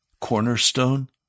cornerstone